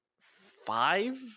five